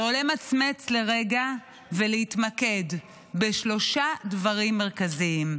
לא למצמץ לרגע ולהתמקד בשלושה דברים מרכזיים: